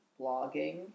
blogging